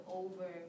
over